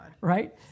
Right